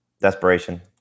desperation